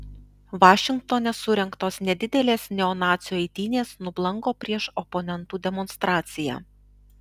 vašingtone surengtos nedidelės neonacių eitynės nublanko prieš oponentų demonstraciją